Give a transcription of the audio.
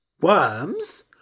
Worms